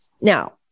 Now